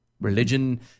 Religion